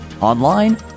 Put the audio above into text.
online